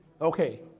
Okay